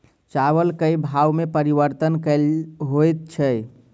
चावल केँ भाव मे परिवर्तन केल होइ छै?